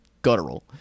guttural